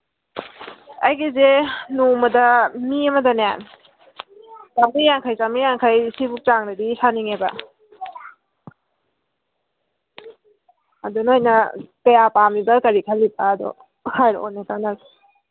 ꯑꯩꯒꯤꯁꯦ ꯅꯣꯡꯃꯗ ꯃꯤ ꯑꯃꯗꯅꯦ ꯆꯝꯃ꯭ꯔꯤ ꯌꯥꯡꯈꯩ ꯆꯝꯃ꯭ꯔꯤ ꯌꯥꯡꯈꯩ ꯁꯤ ꯐꯥꯎꯕꯒꯤ ꯆꯥꯡꯗꯗꯤ ꯁꯥꯅꯤꯡꯉꯦꯕ ꯑꯗꯨ ꯅꯣꯏꯅ ꯀꯌꯥ ꯄꯥꯝꯃꯤꯕ ꯀꯔꯤ ꯈꯜꯂꯤꯕ ꯍꯥꯏꯕꯗꯣ ꯍꯥꯏꯔꯛꯑꯣꯅꯦ ꯇꯥꯅꯁꯤ